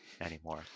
anymore